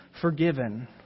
forgiven